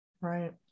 Right